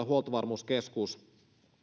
huoltovarmuuskeskus